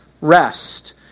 rest